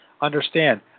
Understand